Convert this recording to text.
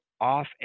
off